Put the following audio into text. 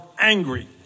angry